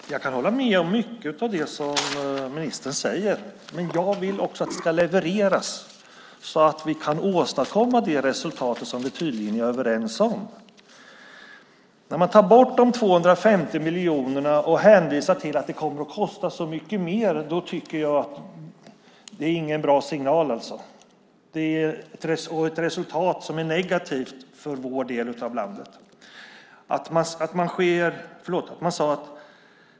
Herr talman! Jag kan hålla med om mycket av det som ministern säger, men jag vill att det också ska levereras så att vi kan åstadkomma de resultat som vi tydligen är överens om. När man tar bort de 250 miljonerna och hänvisar till att det kommer att kosta mycket mer är det inte någon bra signal. Det är ett för vår del av landet negativt resultat.